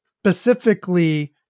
specifically